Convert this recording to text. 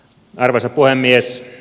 arvoisa puhemies